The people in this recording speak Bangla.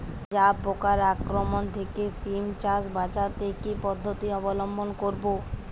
জাব পোকার আক্রমণ থেকে সিম চাষ বাচাতে কি পদ্ধতি অবলম্বন করব?